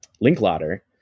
Linklater